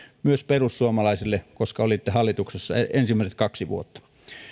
myös perussuomalaisille koska olitte hallituksessa ensimmäiset kaksi vuotta